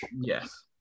yes